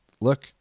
look